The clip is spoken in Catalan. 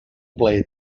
plaer